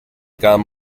gum